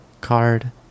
card